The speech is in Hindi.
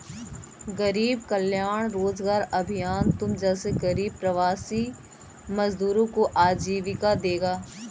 गरीब कल्याण रोजगार अभियान तुम जैसे गरीब प्रवासी मजदूरों को आजीविका देगा